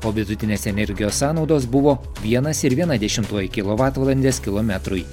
o vidutinės energijos sąnaudos buvo vienas ir viena dešimtoji kilovatvalandės kilometrui